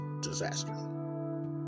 disaster